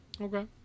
Okay